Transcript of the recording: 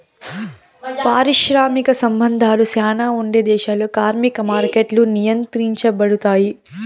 పారిశ్రామిక సంబంధాలు శ్యానా ఉండే దేశాల్లో కార్మిక మార్కెట్లు నియంత్రించబడుతాయి